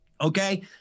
Okay